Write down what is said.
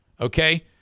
Okay